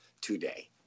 today